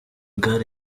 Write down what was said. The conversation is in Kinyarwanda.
gaal